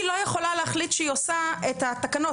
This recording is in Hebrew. היא לא יכולה להחליט שהיא עושה את התקנות.